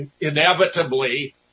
inevitably